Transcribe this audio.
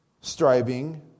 striving